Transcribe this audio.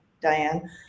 Diane